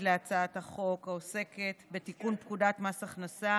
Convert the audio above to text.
להצעת החוק העוסקת בתיקון פקודת מס הכנסה